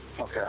Okay